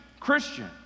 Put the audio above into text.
Christian